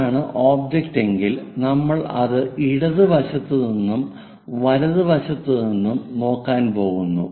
ഇതാണ് ഒബ്ജക്റ്റ് എങ്കിൽ നമ്മൾ അത് ഇടത് വശത്ത് നിന്നും വലതുവശത്ത് നിന്നും നോക്കാൻ പോകുന്നു